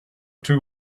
two